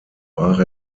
brach